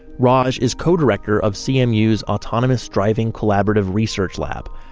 raj is co-director of cmu's autonomous driving collaborative research lab.